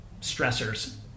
stressors